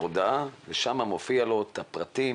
הודעה ,ושם מופיעים הפרטים